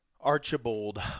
Archibald